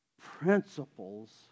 Principles